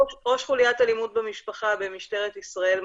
אני ראש חוליית אלימות במשפחה במשטרת ישראל,